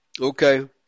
Okay